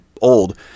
old